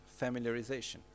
familiarization